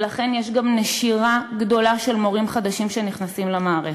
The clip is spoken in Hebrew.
ולכן גם יש נשירה גדולה של מורים חדשים שנכנסים למערכת.